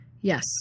Yes